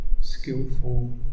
skillful